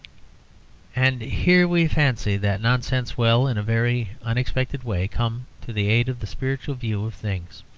and here we fancy that nonsense will, in a very unexpected way, come to the aid of the spiritual view of things.